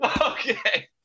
Okay